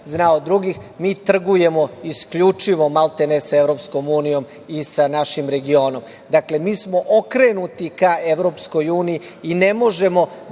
zna od drugih. Mi trgujemo isključivo, maltene, sa EU i sa našim regionom. Dakle, mi smo okrenuti ka EU i ne možemo